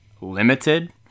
Limited